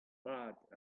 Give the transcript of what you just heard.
mat